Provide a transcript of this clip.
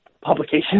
publication